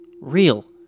real